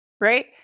right